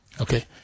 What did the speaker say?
Okay